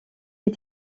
est